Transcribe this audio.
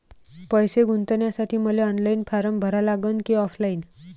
पैसे गुंतन्यासाठी मले ऑनलाईन फारम भरा लागन की ऑफलाईन?